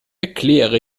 erkläre